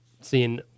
Seeing